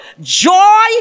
joy